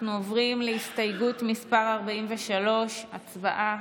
אנחנו עוברים להסתייגות מס' 43. הצבעה.